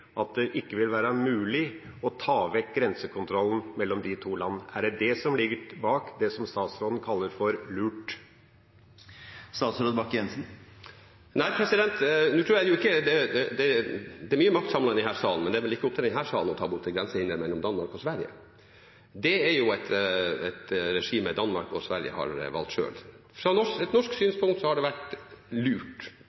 at det ikke vil være mulig å ta vekk grensekontrollen mellom de to land? Er det det som ligger bak det statsråden kaller «lurt»? Nei. Det er mye makt samlet i denne sal, men det er ikke opp til denne salen å ta bort grensehinder mellom Danmark og Sverige. Dette regimet har Danmark og Sverige valgt selv. Fra norsk synpunkt har